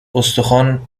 استخوان